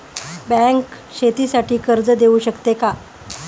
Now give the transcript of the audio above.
Bank शेतीसाठी कर्ज देऊ शकते का?